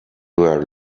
were